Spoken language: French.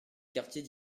quartiers